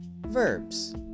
Verbs